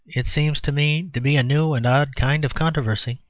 it seems to me to be a new and odd kind of controversy.